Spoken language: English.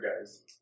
guys